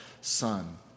son